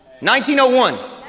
1901